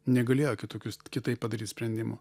negalėjo kitokius kitaip padaryt sprendimų